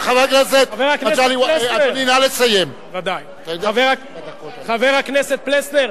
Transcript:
חבר הכנסת פלסנר,